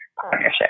partnership